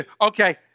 Okay